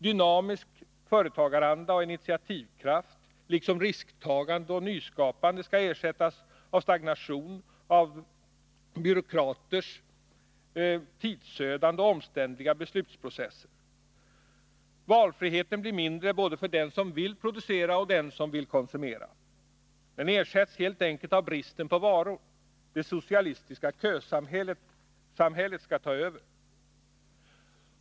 Dynamisk företagaranda och initiativkraft liksom risktagande och nyskapande skall ersättas av stagnation och av byråkraters tidsödande och omständliga beslutsprocesser. Valfriheten blir mindre både för den som vill producera och för den som vill konsumera. Den ersätts helt enkelt av brist på varor. Det socialistiska kösamhället skall ta över.